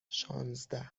شانزده